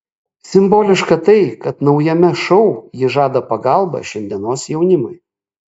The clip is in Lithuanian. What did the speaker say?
simboliška tai kad naujame šou ji žada pagalbą šiandienos jaunimui